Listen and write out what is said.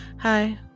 hi